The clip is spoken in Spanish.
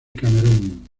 cameron